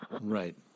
Right